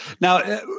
now